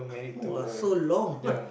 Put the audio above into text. !wah! so long